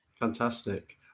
Fantastic